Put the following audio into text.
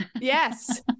yes